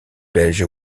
belge